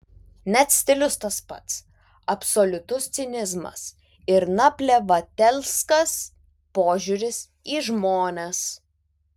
net stilius tas pats absoliutus cinizmas ir naplevatelskas požiūris į žmones